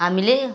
हामीले